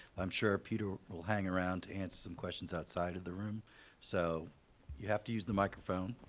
i'm sure peter will hang around to answer some questions outside of the room so you have to use the microphone.